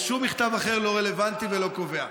ושום מכתב אחר לא רלוונטי ולא קובע.